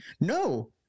no